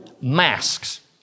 masks